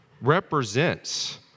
represents